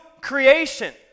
creation